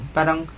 Parang